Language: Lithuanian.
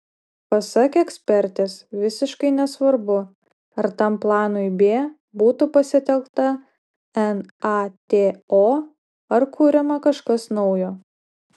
pasak ekspertės visiškai nesvarbu ar tam planui b būtų pasitelkta nato ar kuriama kažkas nauja